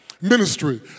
ministry